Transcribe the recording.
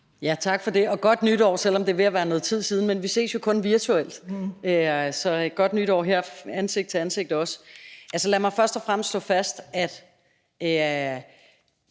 Tak for det, og godt nytår, selv om det er ved at være noget tid siden, men vi ses jo kun virtuelt. Så også et godt nytår her ansigt til ansigt. Lad mig først og fremmest slå fast, at